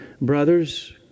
brothers